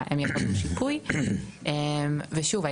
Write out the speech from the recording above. ושוב,